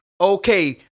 Okay